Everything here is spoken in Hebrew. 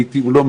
לעתים לא,